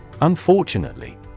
Unfortunately